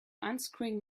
unscrewing